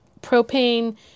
propane